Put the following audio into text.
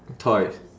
toys